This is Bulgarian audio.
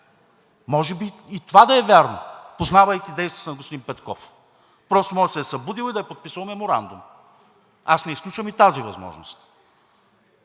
Може би и това да е вярно, познавайки действията на господин Петков? Просто може да се е събудил и да е подписал меморандум. Аз не изключвам и тази възможност,